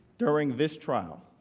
during this trial,